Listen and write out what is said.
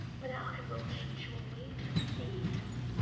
but i will teach you a way to see him.